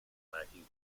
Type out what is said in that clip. lacking